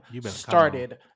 started